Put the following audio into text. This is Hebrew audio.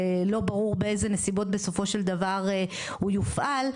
ולא ברור באיזה נסיבות בסופו של דבר הוא יופעל,